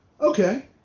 okay